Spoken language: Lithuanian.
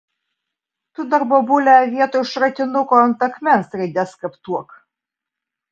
tu dar bobule vietoj šratinuko ant akmens raides skaptuok